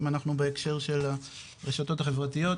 אם אנחנו בהקשר של הרשתות החברתיות.